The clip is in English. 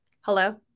Hello